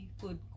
food